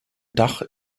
dach